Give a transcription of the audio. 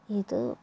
ഇത്